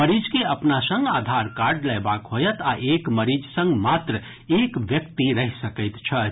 मरीज के अपना संग आधार कार्ड लयबाक होयत आ एक मरीज संग मात्र एक व्यक्ति रहि सकैत छथि